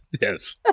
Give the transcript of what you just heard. Yes